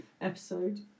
episode